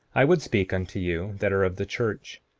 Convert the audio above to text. i would speak unto you that are of the church,